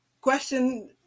question